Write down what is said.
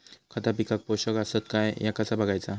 खता पिकाक पोषक आसत काय ह्या कसा बगायचा?